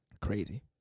crazy